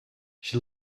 she